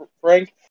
frank